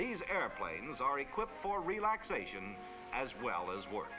these airplanes are equipped for relaxation as well as work